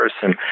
person